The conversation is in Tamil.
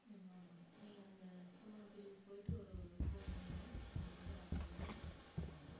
ம் ஆமாங்க நீங்கள் அங்கே சித்தம்பலம் பிரிவு போய்விட்டு ஒரு ஃபோன் பண்ணுங்கள் அங்கே இருந்து அவங்க வந்து சொல்லுவாங்க